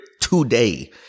today